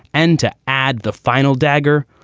and to add the final dagger,